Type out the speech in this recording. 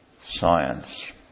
science